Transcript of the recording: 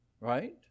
Right